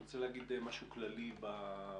ואני רוצה להגיד משהו כללי בפתיחה.